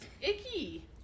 icky